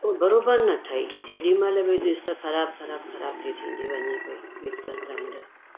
उहो बराबरि न ठही जेॾीमहिल बि ॾिसु त ख़राबु ख़राबु ख़राब थी थींदी वञे पई मिक्सर ग्राइंडर